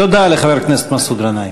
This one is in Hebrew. תודה לחבר הכנסת מסעוד גנאים.